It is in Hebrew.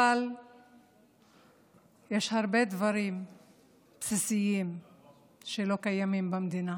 אבל יש הרבה דברים בסיסיים שלא קיימים במדינה,